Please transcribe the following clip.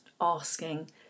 asking